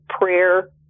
prayer